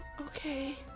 okay